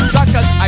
Suckers